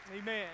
Amen